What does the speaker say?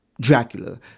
Dracula